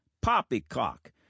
Poppycock